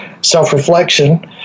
self-reflection